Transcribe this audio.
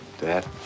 Dad